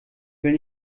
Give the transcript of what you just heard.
will